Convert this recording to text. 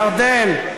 ירדן,